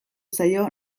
zaio